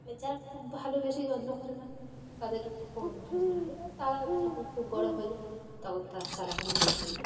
যারা খুব ভালো বেশি যত্ন করে না তাদের একটু কম রোজন হয় তারা যখন খুব বড়ো হয়ে যায় তখন তারা চালা নিয়ে গিয়ে